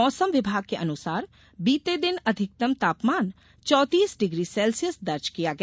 मौसम विभाग के अनुसार बीते दिन अधिकतम तापमान चौतीस डिग्री सेल्सियस दर्ज किया गया